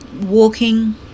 walking